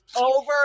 over